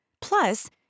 Plus